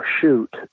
shoot